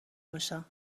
باشم